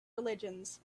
religions